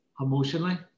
emotionally